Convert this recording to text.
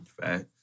fact